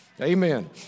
amen